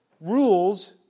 rules